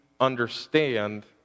understand